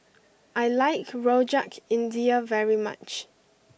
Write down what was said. I like Rojak India very much